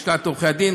לשכת עורכי הדין,